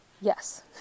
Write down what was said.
Yes